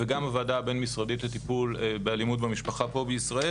וגם הוועדה הבין-משרדית לטיפול באלימות במשפחה פה בישראל